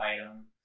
item